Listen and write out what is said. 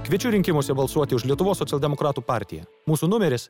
kviečiu rinkimuose balsuoti už lietuvos socialdemokratų partiją mūsų numeris